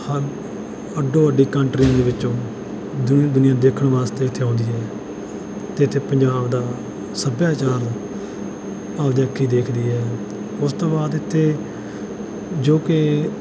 ਹਰ ਅੱਡੋ ਅੱਡੀ ਕੰਟਰੀ ਦੇ ਵਿੱਚੋਂ ਦੀਨ ਦੁਨੀਆ ਦੇਖਣ ਵਾਸਤੇ ਇੱਥੇ ਆਉਂਦੀ ਹੈ ਅਤੇ ਇੱਥੇ ਪੰਜਾਬ ਦਾ ਸੱਭਿਆਚਾਰ ਆਪਣੇ ਅੱਖੀਂ ਦੇਖਦੀ ਹੈ ਉਸ ਤੋਂ ਬਾਅਦ ਇੱਥੇ ਜੋ ਕਿ